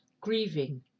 grieving